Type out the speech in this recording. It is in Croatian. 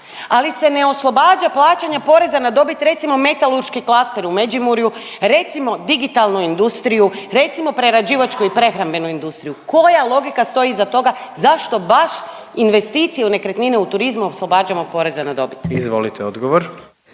ali se ne oslobađa plaćanja poreza na dobit recimo metalurški Klaster u Međimurju, recimo digitalnu industriju, recimo prerađivačku i prehrambenu industriju. Koja logika stoji iza toga, zašto baš investicije u nekretnine u turizmu oslobađamo poreza na dobit? **Jandroković,